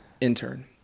intern